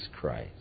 Christ